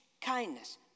kindness